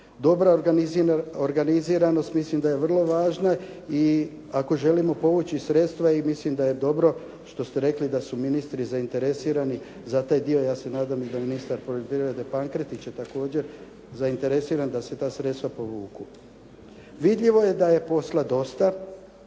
Dobra organiziranost mislim da je vrlo važna i ako želimo povući sredstva i mislim da je dobro što ste rekli da su i ministri zainteresirani za taj dio. Ja se nadam da ministar poljoprivrede Pankretić je također zainteresiran da se ta sredstva povuku. Vidljivo je da je posla dosta.